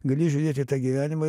gali žiūrėt į tą gyvenimą